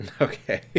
Okay